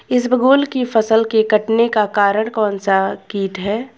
इसबगोल की फसल के कटने का कारण कौनसा कीट है?